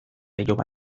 iloba